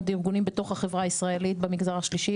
ארגונים בתוך החברה הישראלית במגזר השלישי,